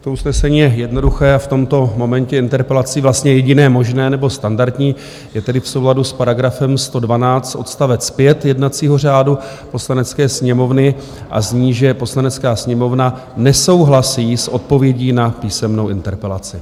To usnesení je jednoduché a v tomto momentě interpelací vlastně jediné možné nebo standardní, je tedy v souladu s § 112 odst. 5 jednacího řádu Poslanecké sněmovny a zní, že Poslanecká sněmovna nesouhlasí s odpovědí na písemnou interpelaci.